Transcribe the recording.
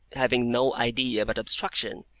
having no idea but obstruction,